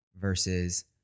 versus